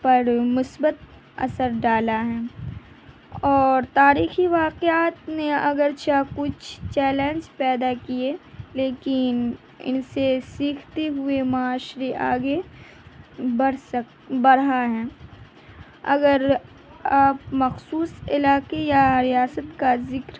پر مثبت اثر ڈالا ہے اور تاریخی واقعات نے اگرچہ کچھ چیلنج پیدا کیے لیکن ان سے سیکھتے ہوئے معاشرے آگے بڑھ سک بڑھا ہے اگر آپ مخصوص علاقے یا ریاست کا ذکر